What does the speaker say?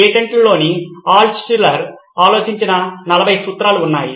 పేటెంట్లలో Altshuller ఆలోచించిన 40 సూత్రాలు ఉన్నాయి